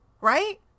right